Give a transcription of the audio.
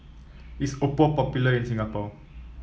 is Oppo popular in Singapore